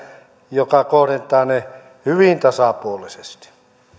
joka kohdentaa ne hyvin tasapuolisesti